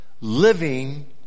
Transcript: living